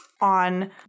on